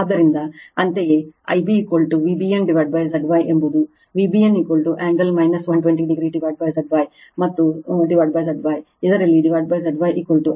ಆದ್ದರಿಂದ ಅಂತೆಯೇ I b V bn Z Y ಎಂಬುದು V bn angle 120o Z Y ಮತ್ತು Z Y ಇದರಲ್ಲಿ Z Y I a